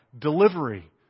delivery